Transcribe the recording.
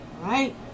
right